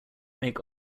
make